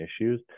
issues